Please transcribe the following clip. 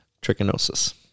trichinosis